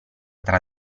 tra